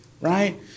right